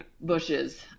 bushes